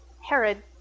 Herod